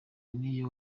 niyo